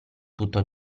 tutto